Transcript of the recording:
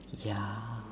ya